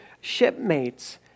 shipmates